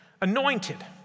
anointed